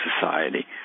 society